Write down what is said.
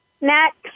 next